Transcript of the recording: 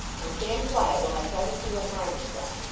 now stand quiet, while i try to see what harm is done